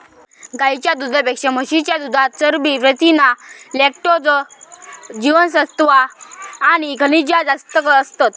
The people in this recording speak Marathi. गाईच्या दुधापेक्षा म्हशीच्या दुधात चरबी, प्रथीना, लॅक्टोज, जीवनसत्त्वा आणि खनिजा जास्त असतत